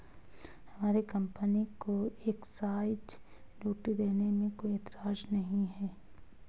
हमारी कंपनी को excise duty देने में कोई एतराज नहीं है